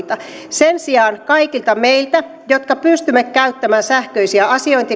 sen sijaan kaikilta meiltä jotka pystymme käyttämään sähköisiä